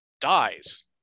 dies